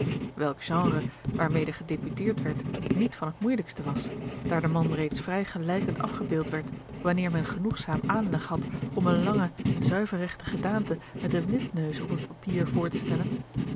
welk genre waarmede gedebuteerd werd niet van het moeijelijkste was daar de man reeds vrij gelijkend afgebeeld werd wanneer men genoegzaam aanleg had om eene lange zuiverregte gedaante met een wipneus op het papier voor te stellen